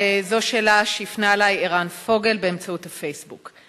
זו שאלה שהפנה אלי ערן פוגל באמצעות ה"פייסבוק":